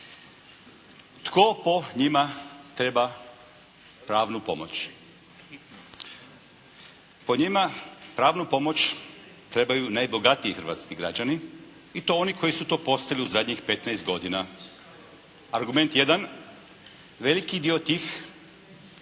tko po njima treba pravnu pomoć. Po njima pravnu pomoć trebaju najbogatiji hrvatski građani i to oni koji su to postali u zadnjih petnaest godina. Argument jedan, veliki dio tih